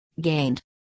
gained